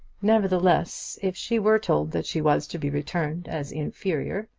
nevertheless, if she were told that she was to be returned as inferior,